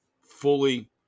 Fully